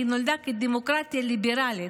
היא נולדה כדמוקרטיה ליברלית,